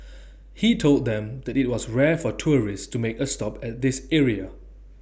he told them that IT was rare for tourists to make A stop at this area